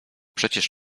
przecież